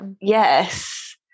yes